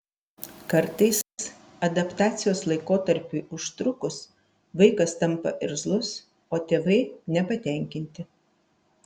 kartais adaptacijos laikotarpiui užtrukus vaikas tampa irzlus o tėvai nepatenkinti